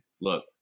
look